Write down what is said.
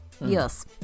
Yes